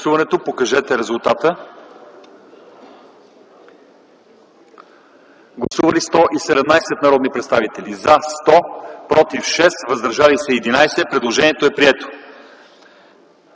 редакцията за § 1. Гласували 117 народни представители: за 100, против 6, въздържали се 11. Предложението е прието.